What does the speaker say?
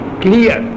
clear